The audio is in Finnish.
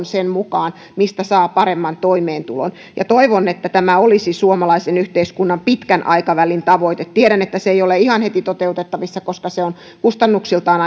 sen mukaan mistä saa paremman toimeentulon toivon että tämä olisi suomalaisen yhteiskunnan pitkän aikavälin tavoite tiedän että se ei ole ihan heti toteutettavissa koska se on kustannuksiltaan